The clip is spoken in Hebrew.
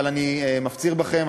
אבל אני מפציר בכם,